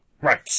Right